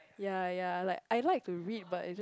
yea yea like I like to read but it's just